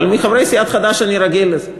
אבל מחברי סיעת חד"ש אני רגיל לזה.